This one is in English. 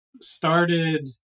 started